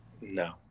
No